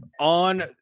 On